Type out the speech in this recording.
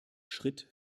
schritt